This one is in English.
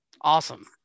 Awesome